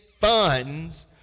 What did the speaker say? funds